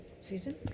Susan